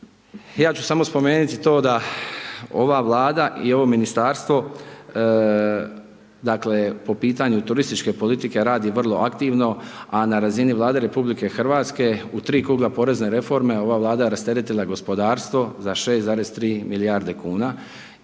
ja ću samo spomenuti to da ova Vlada i ovo ministarstvo dakle po pitanju turističke politike radi vrlo aktivno a na razini Vlade RH u tri kruga porezne reforme ova Vlada rasteretila je gospodarstvo za 6,3 milijarde kuna